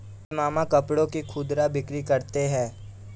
मेरे मामा कपड़ों की खुदरा बिक्री करते हैं